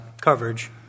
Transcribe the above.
coverage